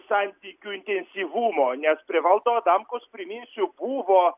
santykių intensyvumo nes prie valdo adamkaus priminsiu buvo